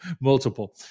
multiple